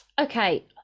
Okay